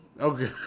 Okay